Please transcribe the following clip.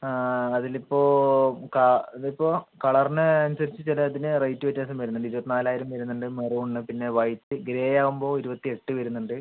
ആ അതിൽ ഇപ്പോൾ അത് ഇപ്പോൾ കളറിന് അനുസരിച്ച് ചെലതിന് റേറ്റ് വ്യത്യാസം വരുന്നുണ്ട് ഇരുപത്നാലായിരം വരുന്നുണ്ട് മെറൂണിന് പിന്ന വൈറ്റ് ഗ്രേ ആവുമ്പോൾ ഇരുപത്തിയെട്ട് വരുന്നുണ്ട്